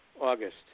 August